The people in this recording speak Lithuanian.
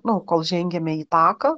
nu kol žengiame į taką